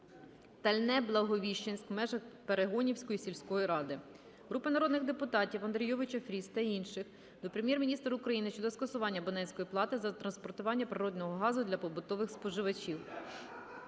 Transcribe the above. Тальне-Благовіщенськ в межах Перегонівської сільської ради. Групи народних депутатів (Андрійовича, Фріз та інших) до Прем'єр-міністра України щодо скасування абонентської плати за транспортування природного газу для побутових споживачів.